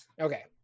Okay